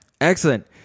Excellent